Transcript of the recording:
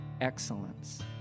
Excellence